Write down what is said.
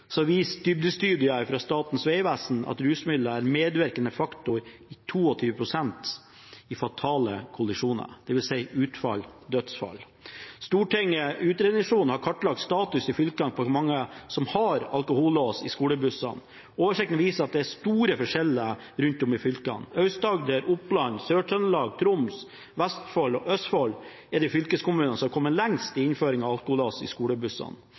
så viser dybdestudier fra Statens vegvesen at rusmidler er en medvirkende faktor i 22 pst. av alle fatale kollisjoner, dvs. der utfallet er dødsfall. Stortingets utredningsseksjon har kartlagt status i fylkene på hvor mange som har alkolås i skolebussene. Oversikten viser at det er store forskjeller rundt om i fylkene. Aust-Agder, Oppland, Sør-Trøndelag, Troms, Vestfold og Østfold er de fylkeskommunene som er kommet lengst i innføringen av alkolås i skolebussene